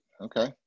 Okay